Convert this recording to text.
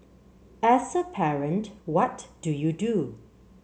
as a parent what do you do